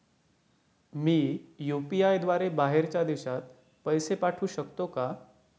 मी UPI द्वारे बाहेरच्या देशात पैसे पाठवू शकतो का?